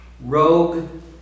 rogue